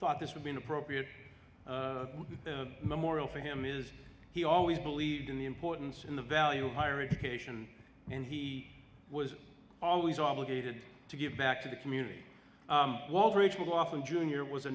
thought this would be an appropriate memorial for him is he always believed in the importance and the value of higher education and he was always obligated to give back to the community overage will often junior was